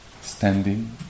standing